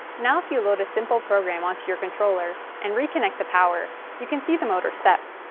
now, if you load a simple program onto your controller and reconnect the power, you can see the motor step.